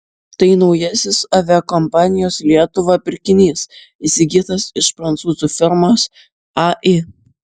tai naujasis aviakompanijos lietuva pirkinys įsigytas iš prancūzų firmos ai